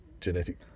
genetic